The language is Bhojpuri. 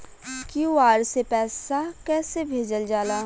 क्यू.आर से पैसा कैसे भेजल जाला?